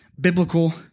biblical